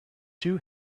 two